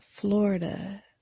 Florida